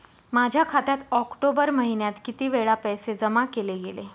माझ्या खात्यात ऑक्टोबर महिन्यात किती वेळा पैसे जमा केले गेले?